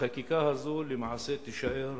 החקיקה הזאת למעשה תישאר